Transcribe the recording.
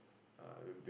uh we'll be